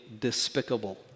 despicable